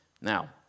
Now